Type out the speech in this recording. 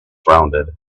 rounded